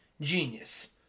genius